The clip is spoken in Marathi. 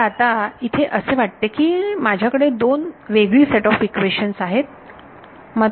तर आता इथे असे वाटते की माझ्याकडे दोन वेगळी सेट ऑफ इक्वेशन्स आहेत